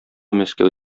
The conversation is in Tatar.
мәскәү